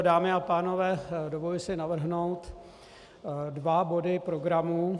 Dámy a pánové, dovoluji si navrhnout dva body programu.